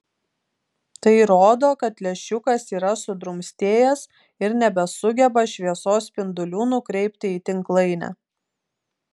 tai rodo kad lęšiukas yra sudrumstėjęs ir nebesugeba šviesos spindulių nukreipti į tinklainę